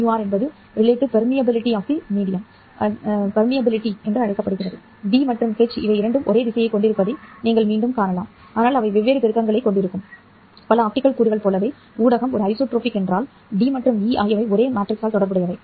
́B மற்றும் ́H இரண்டும் ஒரே திசையைக் கொண்டிருப்பதை நீங்கள் மீண்டும் காணலாம் ஆனால் அவை வெவ்வேறு பெருக்கங்களைக் கொண்டிருக்கும் பல ஆப்டிகல் கூறுகள் போலவே ஊடகம் ஒரு ஐசோட்ரோபிக் என்றால் ́D மற்றும் ́E ஆகியவை ஒரு மேட்ரிக்ஸால் தொடர்புடையவை